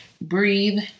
breathe